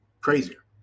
crazier